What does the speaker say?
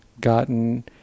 gotten